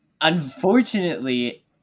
Unfortunately